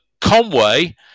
Conway